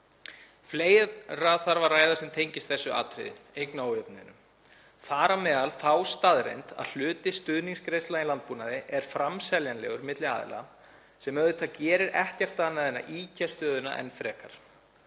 Fleira þarf að ræða sem tengist þessu atriði, eignaójöfnuðinum, þar á meðal þá staðreynd að hluti stuðningsgreiðslna í landbúnaði er framseljanlegur milli aðila sem gerir auðvitað ekkert annað en að ýkja stöðuna enn frekar.